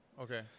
Okay